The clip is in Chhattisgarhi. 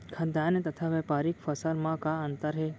खाद्यान्न तथा व्यापारिक फसल मा का अंतर हे?